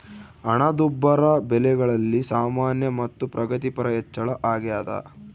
ಹಣದುಬ್ಬರ ಬೆಲೆಗಳಲ್ಲಿ ಸಾಮಾನ್ಯ ಮತ್ತು ಪ್ರಗತಿಪರ ಹೆಚ್ಚಳ ಅಗ್ಯಾದ